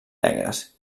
negres